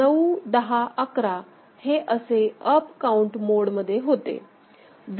म्हणून 91011 हे असे अप काउंट मोड मध्ये होते